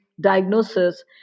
diagnosis